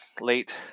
late